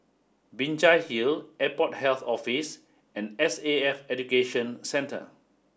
Binjai Hill Airport Health Office and S A F Education Centre